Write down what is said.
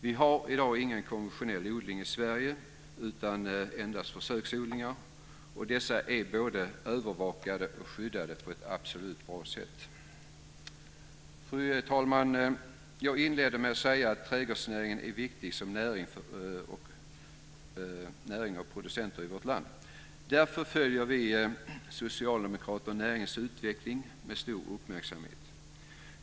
Vi har i dag ingen konventionell odling i Sverige utan endast försöksodlingar, och dessa är både övervakade och skyddade på ett absolut bra sätt. Fru talman! Jag inledde med att säga att trädgårdsnäringen är en viktig näring för vårt land. Därför följer vi socialdemokrater näringens utveckling med stor uppmärksamhet.